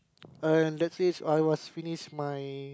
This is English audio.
and that is I was finish my